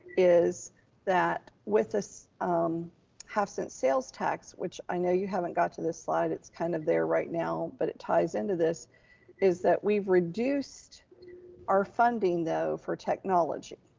is that with the um half-cent sales tax, which i know you haven't got to this slide, it's kind of there right now, but it ties into this is that we've reduced our funding though for technology.